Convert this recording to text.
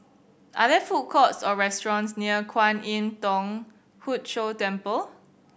are there food courts or restaurants near Kwan Im Thong Hood Cho Temple